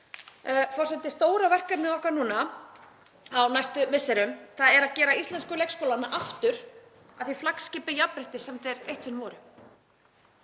Forseti. Stóra verkefnið okkar núna á næstu misserum er að gera íslensku leikskólana aftur að því flaggskipi jafnréttis sem þeir eitt sinn voru.